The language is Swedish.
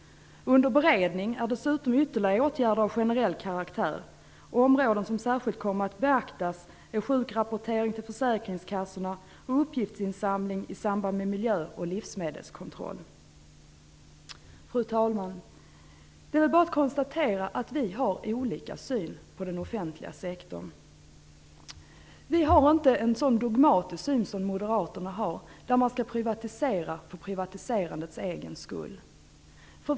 Under beredning är dessutom ytterligare åtgärder av generell karaktär. Områden som särskilt kommer att beaktas är sjukrapportering till försäkringskassorna och uppgiftsinsamling i samband med miljö och livsmedelskontroller. Fru talman! Det är bara att konstatera att vi har olika syn på den offentliga sektorn. Vi har inte en så dogmatisk syn som Moderaterna, som vill privatisera för privatiserandets egen skull.